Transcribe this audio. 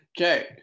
Okay